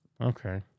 Okay